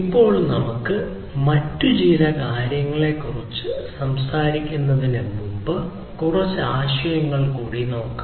ഇപ്പോൾ മറ്റ് ചില കാര്യങ്ങളെക്കുറിച്ച് സംസാരിക്കുന്നതിന് മുമ്പ് നമുക്ക് കുറച്ച് ആശയങ്ങൾ കൂടി നോക്കാം